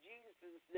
Jesus